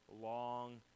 long